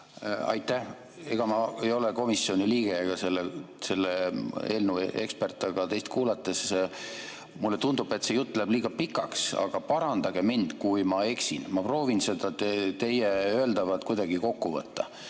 Aitäh! Ma ei ole komisjoni liige ega selle eelnõu ekspert, aga teid kuulates mulle tundub, et see jutt läheb liiga pikaks. Parandage mind, kui ma eksin, ma proovin seda teie öeldut kuidagi kokku võtta.